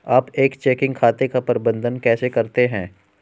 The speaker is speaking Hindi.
आप एक चेकिंग खाते का प्रबंधन कैसे करते हैं?